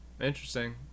Interesting